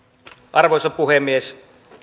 arvoisa puhemies